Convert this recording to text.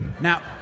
Now